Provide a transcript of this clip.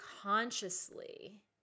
consciously